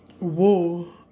Whoa